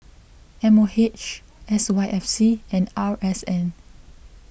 M O H S Y F C and R S N